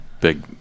big